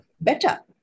better